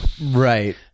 Right